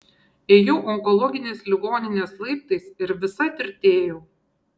ėjau onkologinės ligoninės laiptais ir visa tirtėjau